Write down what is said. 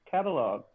catalog